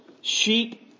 sheep